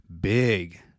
big